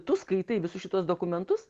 tu skaitai visus šituos dokumentus